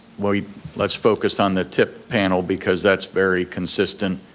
well let's focus on the tip panel because that's very consistent,